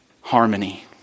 harmony